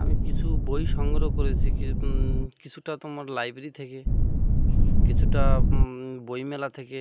আমি কিছু বই সংগ্রহ করেছি কি কিছুটা তো তোমার লাইব্রেরি থেকে কিছুটা বইমেলা থেকে